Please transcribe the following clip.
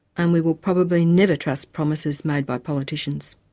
and we will probably never trust promises made by politicians,